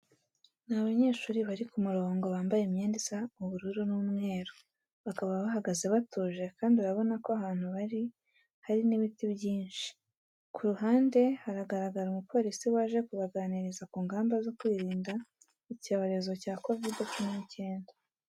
Ni abanyeshuri bari ku murongo bambaye imyenda isa ubururu n'umweru. Bakaba bahagaze batuje kandi urabona ko ahantu bari hari n'ibiti byinshi. Ku ruhande haragaragara umupolisi waje ku baganiriza ku ngamba zo kwirinda icyorezo cya Kovide cumi n'icyenda.